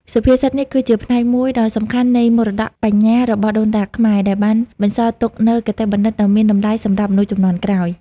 សុភាសិតនេះគឺជាផ្នែកមួយដ៏សំខាន់នៃមរតកបញ្ញារបស់ដូនតាខ្មែរ ដែលបានបន្សល់ទុកនូវគតិបណ្ឌិតដ៏មានតម្លៃសម្រាប់មនុស្សជំនាន់ក្រោយ។